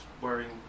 wearing